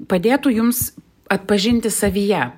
padėtų jums atpažinti savyje